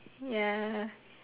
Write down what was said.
ya